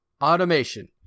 Automation